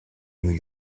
new